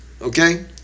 okay